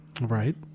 right